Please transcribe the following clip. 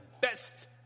best